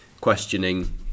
questioning